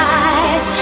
eyes